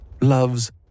Love's